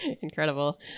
incredible